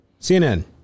CNN